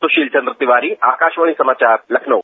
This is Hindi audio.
सुशील चन्द्र तिवारी आकाशवाणी समाचार लखनऊ